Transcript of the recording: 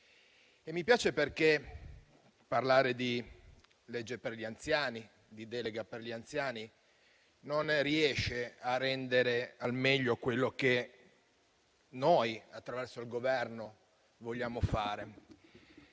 Costituzione. Parlare di legge per gli anziani e di delega per gli anziani non riesce a rendere al meglio quello che noi, attraverso il Governo, vogliamo fare,